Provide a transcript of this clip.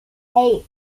eight